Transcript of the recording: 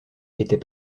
était